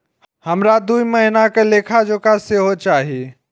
हमरा दूय महीना के लेखा जोखा सेहो चाही